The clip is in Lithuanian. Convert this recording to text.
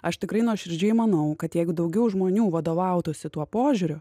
aš tikrai nuoširdžiai manau kad jeigu daugiau žmonių vadovautųsi tuo požiūriu